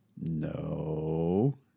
No